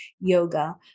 yoga